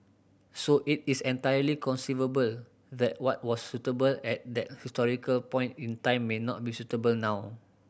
so it is entirely conceivable that what was suitable at that historical point in time may not be suitable now